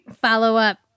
follow-up